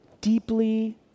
deeply